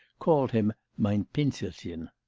called him mein pinselchen.